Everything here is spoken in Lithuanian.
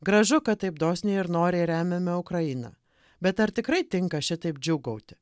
gražu kad taip dosniai ir noriai remiame ukrainą bet ar tikrai tinka šitaip džiūgauti